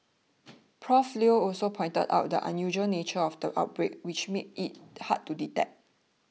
Prof Leo also pointed out the unusual nature of the outbreak which made it hard to detect